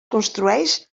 construeix